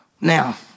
Now